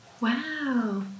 Wow